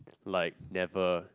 like never